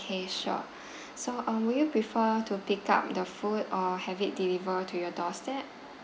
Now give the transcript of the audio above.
okay sure so um would you prefer to pick up the food or have it delivered to your doorstep